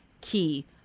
key